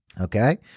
okay